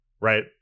right